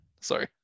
sorry